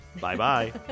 Bye-bye